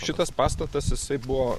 šitas pastatas jisai buvo